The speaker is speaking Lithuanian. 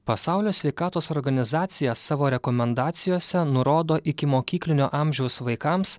pasaulio sveikatos organizacija savo rekomendacijose nurodo ikimokyklinio amžiaus vaikams